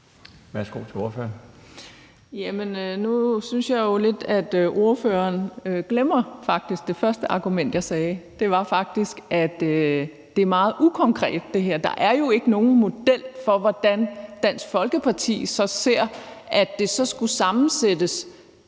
Værsgo til ordføreren.